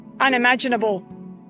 unimaginable